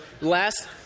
last